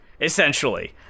essentially